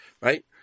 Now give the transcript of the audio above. Right